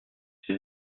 ces